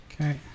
Okay